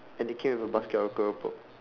and they came with a basket of keropok